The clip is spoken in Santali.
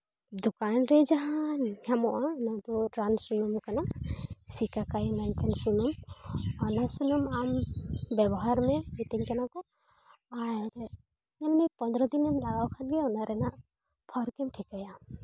ᱫᱚᱠᱟᱱ ᱨᱮ ᱡᱟᱦᱟᱸ ᱧᱟᱢᱚᱜᱼᱟ ᱚᱱᱟ ᱫᱚ ᱨᱟᱱ ᱥᱩᱱᱩᱢ ᱠᱟᱱᱟ ᱥᱤᱠᱟ ᱠᱟᱭ ᱢᱮᱱᱛᱮᱱ ᱥᱩᱱᱩᱢ ᱚᱱᱟ ᱥᱩᱱᱩᱢ ᱟᱢ ᱵᱮᱵᱚᱦᱟᱨ ᱢᱮ ᱢᱤᱛᱟᱹᱧ ᱠᱟᱱᱟ ᱠᱚ ᱟᱨ ᱟᱢ ᱫᱚ ᱯᱚᱸᱫᱽᱨᱚ ᱫᱤᱱ ᱜᱟᱱ ᱜᱮᱢ ᱞᱟᱜᱟᱣ ᱠᱷᱟᱱ ᱜᱮ ᱚᱱᱟ ᱨᱮᱱᱟᱜ ᱯᱷᱚᱞ ᱨᱮᱜᱮᱢ ᱴᱷᱤᱠᱟᱹᱭᱟ